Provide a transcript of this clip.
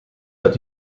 uit